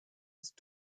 ist